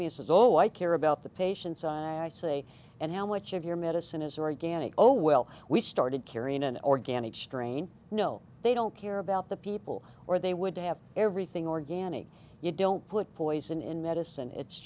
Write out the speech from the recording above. and says oh i care about the patients i i say and how much of your medicine is organic oh well we started carrying an organic strain no they don't care about the people or they would have everything organic you don't put poison in medicine it's